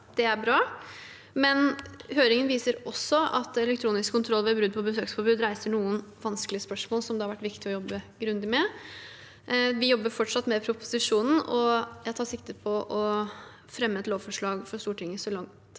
det er bra, men høringen viser også at elektronisk kontroll ved brudd på besøksforbud reiser noen vanskelige spørsmål som det har vært viktig å jobbe grundig med. Vi jobber fortsatt med proposisjonen, og jeg tar sikte på å fremme et lovforslag for Stortinget så raskt